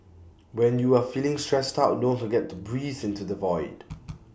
when you are feeling stressed out don't forget to breathe into the void